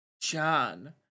John